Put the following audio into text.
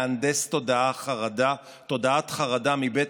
אין שום בעיה להנדס תודעת חרדה מבית